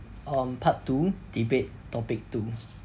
um part two debate topic two